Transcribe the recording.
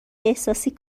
احساسی